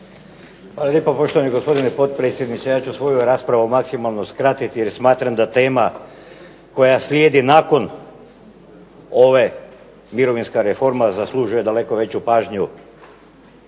Hvala lijepa poštovani gospodine potpredsjedniče. Ja ću svoju raspravu maksimalno skratiti jer smatram da tema koja slijedi nakon ove mirovinska reforma zaslužuje daleko veću pažnju